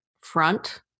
front